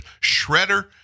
shredder